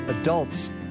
adults